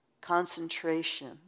concentration